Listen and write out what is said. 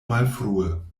malfrue